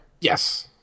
yes